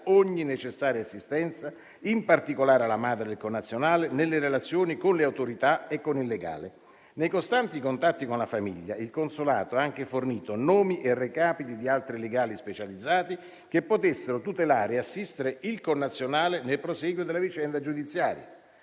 ogni necessaria assistenza, in particolare alla madre del connazionale, nelle relazioni con le autorità e con il legale. Nei costanti contatti con la famiglia il consolato ha anche fornito nomi e recapiti di altri legali specializzati che potessero tutelare e assistere il connazionale nel prosieguo della vicenda giudiziaria.